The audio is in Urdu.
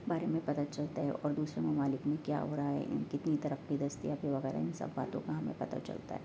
بارے میں پتہ چلتا ہے اور دوسرے ممالک میں کیا ہو رہا ہے کتنی ترقی دستیابی وغیرہ ان سب باتوں کا ہمیں پتہ چلتا ہے